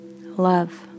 Love